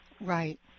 Right